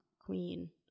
queen